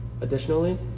Additionally